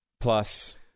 Plus